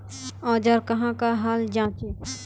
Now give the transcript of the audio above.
औजार कहाँ का हाल जांचें?